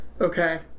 Okay